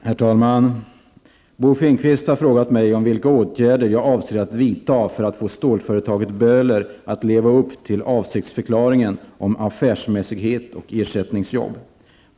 Herr talman! Bo Finnkvist har frågat mig om vilka åtgärder jag avser att vidta för att få stålföretaget Böhler att leva upp till avsiktsförklaringen om affärsmässighet och ersättningsjobb.